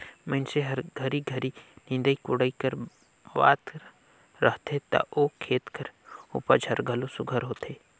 मइनसे हर घरी घरी निंदई कोड़ई करवात रहथे ता ओ खेत कर उपज हर घलो सुग्घर होथे